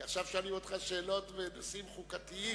כי עכשיו שואלים אותך שאלות בנושאים חוקתיים.